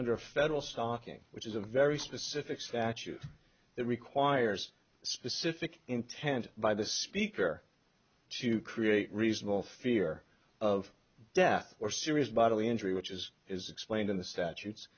under federal stocking which is a very specific statute that requires specific intent by the speaker to create reasonable fear of death or serious bodily injury which is is explained in the statutes